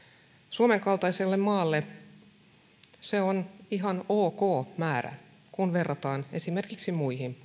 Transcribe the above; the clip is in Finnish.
suomen kaltaiselle maalle se on ihan ok määrä kun verrataan esimerkiksi muihin pohjoismaihin